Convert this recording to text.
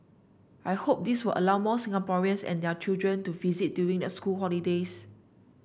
I hope this will allow more Singaporeans and their children to visit during the school holidays